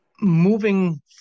moving